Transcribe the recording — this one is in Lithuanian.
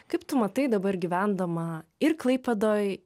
kaip tu matai dabar gyvendama ir klaipėdoj